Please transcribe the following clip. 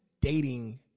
dating